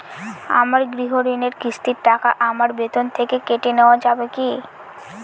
আমার গৃহঋণের কিস্তির টাকা আমার বেতন থেকে কেটে নেওয়া যাবে কি?